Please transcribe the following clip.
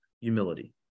humility